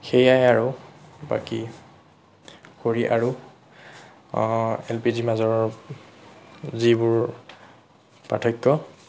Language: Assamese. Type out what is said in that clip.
সেয়াই আৰু বাকী খৰি আৰু এল পি জি ৰ মাজৰ যিবোৰ পাৰ্থক্য